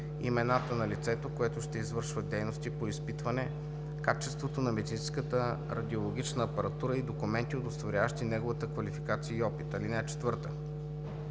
имената на лицето, което ще извършва дейности по изпитване качеството на медицинската радиологична апаратура, и документи, удостоверяващи неговата квалификация и опит. (4) Заявлението